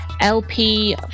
LP